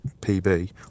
PB